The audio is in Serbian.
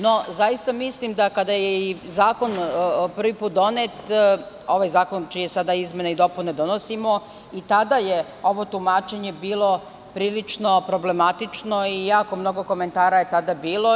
No, zaista i kada je zakon prvi put donet, ovaj zakon čije izmene i dopune sada donosimo, i tada je ovo tumačenje bilo prilično problematično i jako mnogo komentara je tada bilo.